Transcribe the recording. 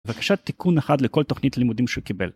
בבקשה תיקון אחד לכל תוכנית לימודים שקיבל.